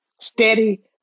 steady